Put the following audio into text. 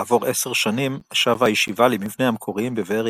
כעבור עשר שנים שבה הישיבה למבניה המקוריים בבאר יעקב.